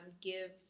give